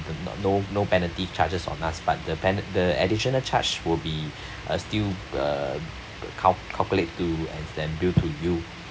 no no penalty charges on us but the pena~ the additional charge will be uh still uh cal~ calculated too and then bill to you